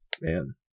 man